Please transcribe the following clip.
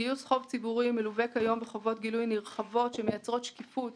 שגיוס חוב ציבורי מלווה כיום בחובות גילוי נרחבות שמייצרות שקיפות